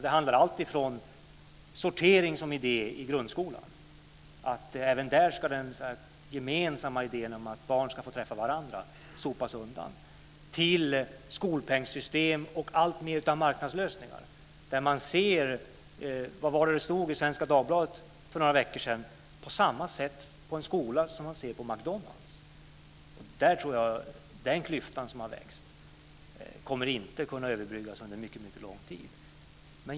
Det handlar om alltifrån sortering som idé i grundskolan, dvs. att den gemensamma idén om att barn ska få träffa varandra sopas undan, till skolpengssystem och alltfler marknadslösningar. Man ser på skolan på samma sätt som på McDonalds, stod det i Svenska Dagbladet för några veckor sedan. Jag tror inte att den klyftan, som har växt, kommer att kunna överbryggas under mycket lång tid.